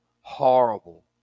horrible